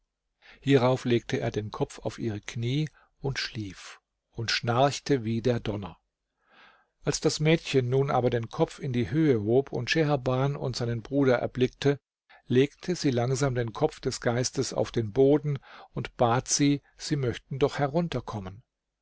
hierauf legte er den kopf auf ihre knie und schlief und schnarchte wie der donner als das mädchen nun aber den kopf in die höhe hob und scheherban und seinen bruder erblickte legte sie langsam den kopf des geistes auf den boden und bat sie sie möchten doch herunter